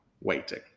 waiting